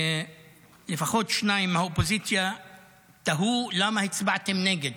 לפחות שניים מהאופוזיציה תהו: למה הצבעתם נגד?